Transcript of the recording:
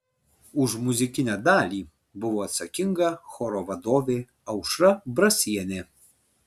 už muzikinę dalį buvo atsakinga choro vadovė aušra brasienė